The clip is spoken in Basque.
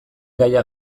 gaia